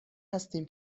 هستیم